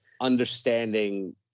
understanding